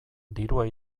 dirua